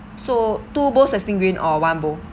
so two bowls or one bowl